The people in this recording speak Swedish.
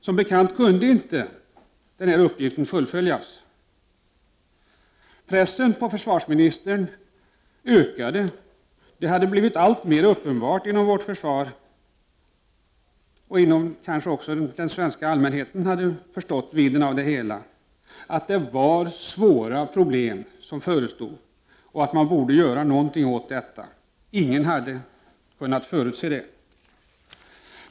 Som bekant kunde inte uppgiften fullföljas. Pressen på försvarsministern ökade och det blev alltmer uppenbart — kanske även för den svenska allmänheten — att problemen inom vårt försvar var svåra, och att man borde göra någonting åt dem. Detta hade ingen kunnat förutse.